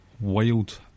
wild